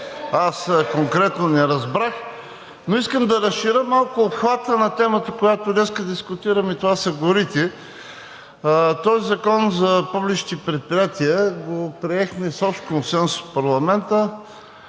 аз конкретно не разбрах. Но исках да разширя малко обхвата на темата, която днес дискутираме, и това са горите. Този Закон за публичните предприятия го приехме с общ консенсус в парламента,